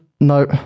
No